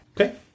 Okay